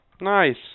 Nice